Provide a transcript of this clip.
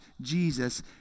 Jesus